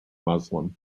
muslim